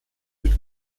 mit